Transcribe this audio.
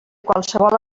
qualsevol